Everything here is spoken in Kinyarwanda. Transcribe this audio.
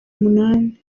umunani